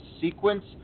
Sequence